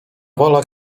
wola